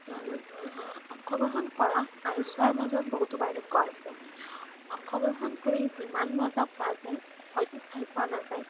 কিয়নো অংশগ্ৰহণ কৰা আৰু চোৱাৰ মাজত বহুতো পাৰ্থক্য আছে অংশগ্ৰহণ কৰি যিমান মজা পোৱা যায় হয়তো চাই পোৱা নাযায়